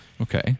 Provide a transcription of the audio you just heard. Okay